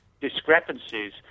discrepancies